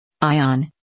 Ion